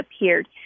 appeared